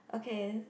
okay